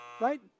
right